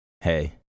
Hey